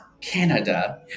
Canada